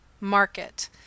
market